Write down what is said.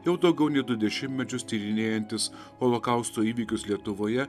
jau daugiau nei du dešimtmečius tyrinėjantis holokausto įvykius lietuvoje